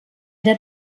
der